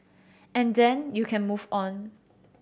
and then you can move on